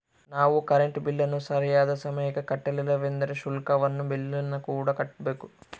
ನಾವು ಕರೆಂಟ್ ಬಿಲ್ಲನ್ನು ಸರಿಯಾದ ಸಮಯಕ್ಕೆ ಕಟ್ಟಲಿಲ್ಲವೆಂದರೆ ಶುಲ್ಕವನ್ನು ಬಿಲ್ಲಿನಕೂಡ ಕಟ್ಟಬೇಕು